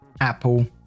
Apple